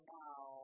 now